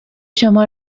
شما